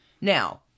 Now